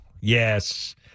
Yes